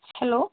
hello